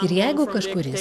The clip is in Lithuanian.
ir jeigu kažkuris